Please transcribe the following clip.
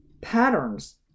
patterns